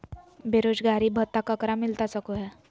बेरोजगारी भत्ता ककरा मिलता सको है?